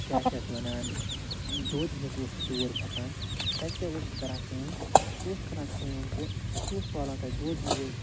کیٛاہ چھِ اتھ ونان دۄد ہٮ۪تھ اوس سُہ تور کھَسان تتہِ کیاہ اوس سُہ کران کٲم سُہ اوس کران کٲم کہِ سُہ اوس والان تتہِ دۄد یوٗل